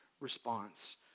response